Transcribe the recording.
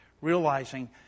realizing